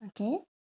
Okay